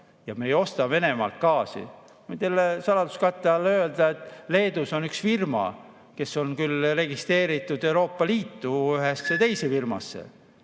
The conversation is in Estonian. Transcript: et me ei osta Venemaalt gaasi. Ma võin teile saladuskatte all öelda, et Leedus on üks firma, kes on küll registreeritud Euroopa Liitu ühte teise firmasse,